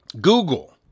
Google